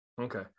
Okay